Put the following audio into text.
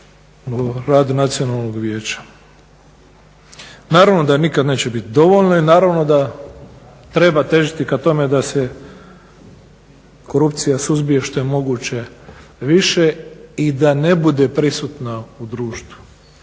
o radu Nacionalnog vijeća. Naravno da nikad neće biti dovoljno i naravno da treba težiti ka tome da se korupcija suzbije što je moguće više i da ne bude prisutna u društvu.